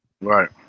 Right